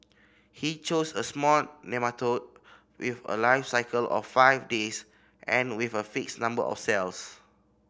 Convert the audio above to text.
he chose a small nematode with a life cycle of five days and with a fixed number of cells